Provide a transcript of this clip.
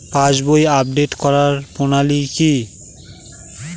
পাসবই update করার প্রণালী কি?